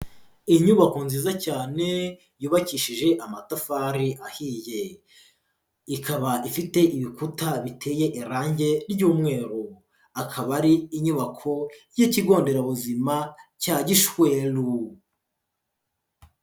Inyubako nziza cyane yubakishije amatafari ahiye, ikaba ifite ibikuta biteye irange ry'umweru, akaba ari inyubako y'Ikigo nderabuzima cya Gishweru.